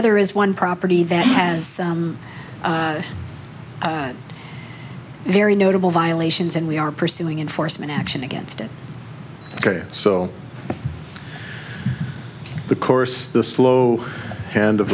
other is one property that has very notable violations and we are pursuing enforcement action against it so the course the slow and of